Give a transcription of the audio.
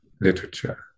literature